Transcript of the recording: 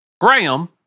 Graham